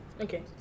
okay